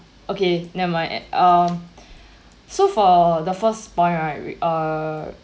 okay never mind eh um so for the first point right uh